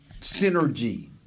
synergy